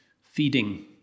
feeding